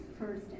first